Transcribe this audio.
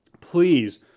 please